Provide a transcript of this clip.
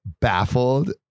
baffled